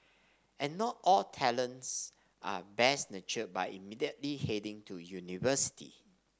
and not all talents are best nurtured by immediately heading to university